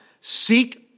Seek